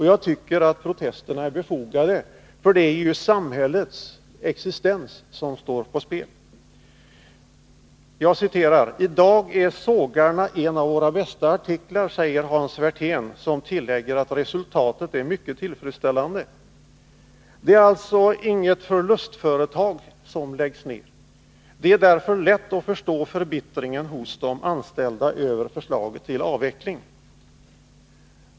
Jag tycker att de är befogade, för det är ju samhällets existens som står på spel. ”I dag är sågarna en av våra bästa artiklar ——--”, säger Hans Werthén. Han tillägger att resultatet är mycket tillfredsställande. Det är alltså inget förlustföretag som läggs ner. Det är därför lätt att förstå förbittringen hos de anställda över förslaget till avveckling.